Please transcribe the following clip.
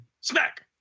smack